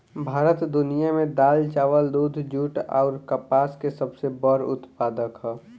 भारत दुनिया में दाल चावल दूध जूट आउर कपास के सबसे बड़ उत्पादक ह